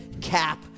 cap